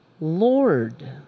Lord